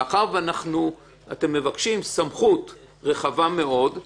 מאחר שאתם מבקשים סמכות רחבה מאוד,